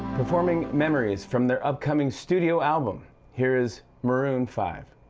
performing memories from their upcoming studio album here is maroon five.